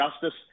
justice